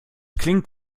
klingt